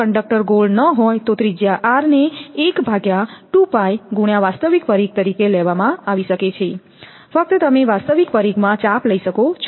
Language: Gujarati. જો કંડક્ટર ગોળ ન હોય તો ત્રિજ્યા r ને વાસ્તવિક પરિઘ તરીકે લેવામાં આવી શકે છે ફક્ત તમે વાસ્તવિક પરિઘમાં ચાપ લઈ શકો